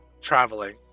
traveling